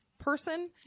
Person